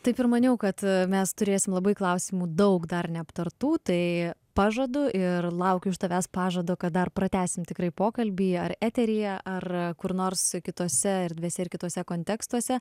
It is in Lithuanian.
taip ir maniau kad mes turėsime labai klausimų daug dar neaptartų tai pažadu ir laukiu iš tavęs pažado kad dar pratęsim tikrai pokalbyje ar eteryje ar kur nors kitose erdvėse ir kituose kontekstuose